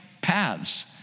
paths